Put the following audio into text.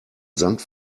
sand